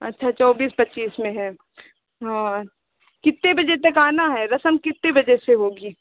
अच्छा चौबीस पच्चीस में है हाँ कितने बजे से आना है रसम कितने बजे से होगा